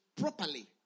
properly